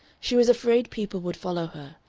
she was afraid people would follow her,